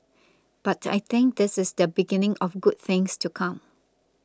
but I think this is the beginning of good things to come